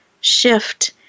shift